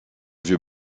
vieux